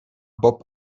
bob